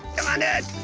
come on, dude!